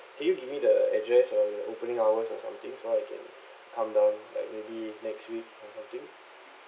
can you give me the address or the opening hours or something so I can come down like maybe next week or something